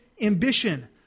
ambition